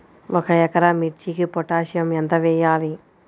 ఒక ఎకరా మిర్చీకి పొటాషియం ఎంత వెయ్యాలి?